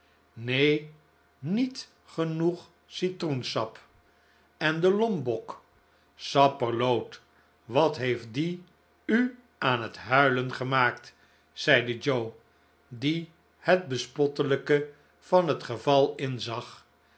neen niet genoeg citroensap en de lombok sapperloot wat heeft die u aan het huilen gemaakt zeide joe die het bespottelijke van het geval inzag